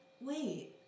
wait